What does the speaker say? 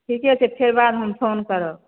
ठीके छै फेर बादमे हम फ़ोन करब